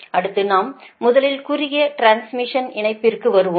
அடுத்து நாம் முதலில் குறுகிய டிரான்ஸ்மிஷன் இணைப்பிற்கு வருவோம்